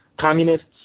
communists